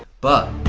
but!